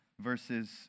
verses